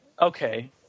okay